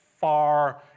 far